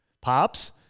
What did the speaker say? pops